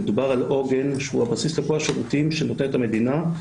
מדובר על עוגן שהוא הבסיס לכל השירותים שנותנת המדינה.